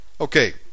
Okay